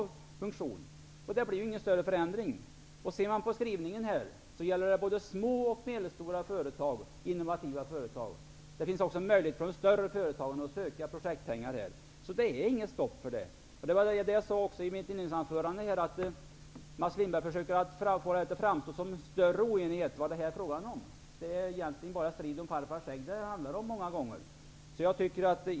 Det blir ju inte heller någon större förändring. Studerar man skrivningarna finner man att det gäller både små och medelstora innovativa företag. Det finns även möjlighet för de större företagen att söka projektpengar. Det är alltså inget stopp. Som jag sade i mitt inledningsanförande försökte Mats Lindberg få det att framstå som att oenigheten var större än den är. Egentligen är det bara en strid om farfars skägg, som det många gånger handlar om.